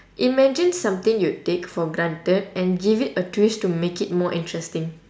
imagine something you take for granted and give it a twist to make it more interesting